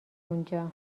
اونجا